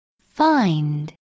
find